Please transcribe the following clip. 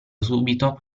subito